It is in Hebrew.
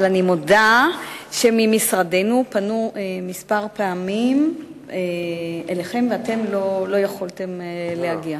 אבל אני מודה שממשרדנו פנו אליכם כמה פעמים ואתם לא יכולתם להגיע.